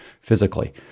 physically